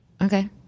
Okay